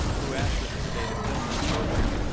who asked us today to film this programme,